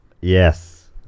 Yes